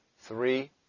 three